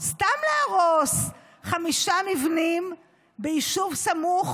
סתם להרוס חמישה מבנים ביישוב סמוך